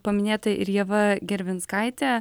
paminėta ir ieva gervinskaitė